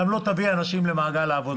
גם לא תביא אנשים למעגל העבודה.